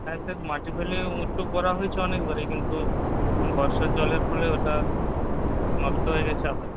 হ্যাঁ স্যার মাটি ফেলে উঁচু করা হয়েছে অনেকবারই কিন্তু বর্ষার জলের ফলে ওটা নষ্ট হয়ে গেছে আবার